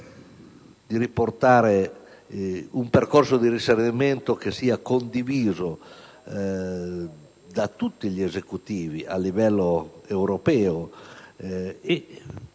di un percorso di risanamento che sia condiviso da tutti gli Esecutivi a livello europeo e